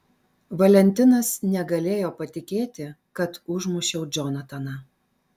valentinas negalėjo patikėti kad užmušiau džonataną